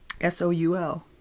S-O-U-L